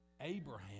Abraham